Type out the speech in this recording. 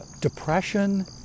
depression